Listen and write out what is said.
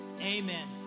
amen